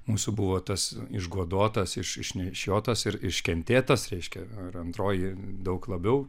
mūsų buvo tas išgodotas iš išnešiotas ir iškentėtas reiškia ir antroji daug labiau